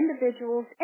individuals